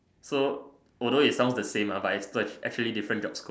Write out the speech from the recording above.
so although it sounds the same ah but it's actually different job scope